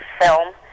film